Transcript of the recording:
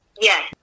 Yes